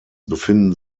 befinden